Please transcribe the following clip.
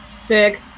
sick